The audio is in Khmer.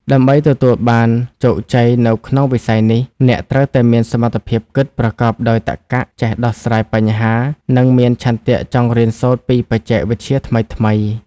ដើម្បីទទួលបានជោគជ័យនៅក្នុងវិស័យនេះ អ្នកត្រូវតែមានសមត្ថភាពគិតប្រកបដោយតក្ក ចេះដោះស្រាយបញ្ហា និងមានឆន្ទៈចង់រៀនសូត្រពីបច្ចេកវិទ្យាថ្មីៗជានិច្ច។